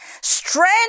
strength